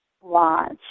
Watch